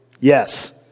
Yes